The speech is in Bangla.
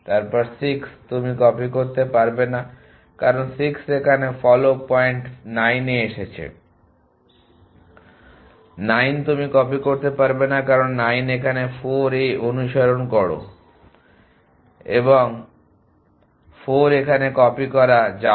তারপরে 6 তুমি কপি করতে পারবে না কারণ 6 এখানে ফলো পয়েন্ট 9 এ এসেছে 9 তুমি কপি করতে পারবে না কারণ 9 এখানে 4 এ অনুসরণ করুন এবং 4 এখানে কপি করা যাবে